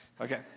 Okay